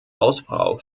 hausfrau